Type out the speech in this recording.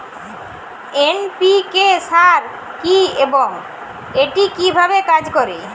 NPK সার কি এবং এটি কিভাবে কাজ করে?